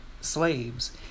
slaves